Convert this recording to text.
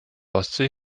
ostsee